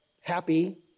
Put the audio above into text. happy